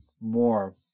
more